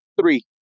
three